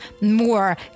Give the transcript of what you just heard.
more